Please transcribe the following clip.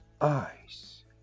Eyes